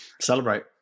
Celebrate